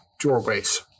doorways